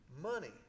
Money